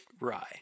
rye